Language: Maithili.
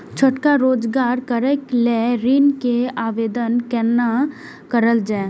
छोटका रोजगार करैक लेल ऋण के आवेदन केना करल जाय?